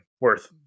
worth